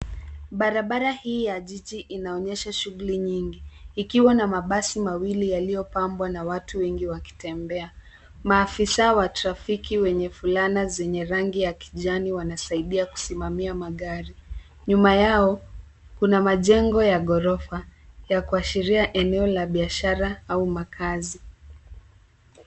Barabara hii ya jiji inaonyesha shughuli nyingi ikiwa na mabasi mawili yaliyo pambwa na watu wengi wakitembea. Maafisa wa trafiki wenye fulana zenye rangi ya kijani wanasaidia kusimamia magari. Nyuma yao kuna majengo ya ghorofa ya kuashiria eneo la biashara au makazi.